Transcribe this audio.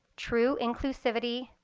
true inclusivity,